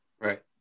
Right